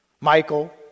Michael